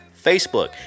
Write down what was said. Facebook